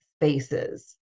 spaces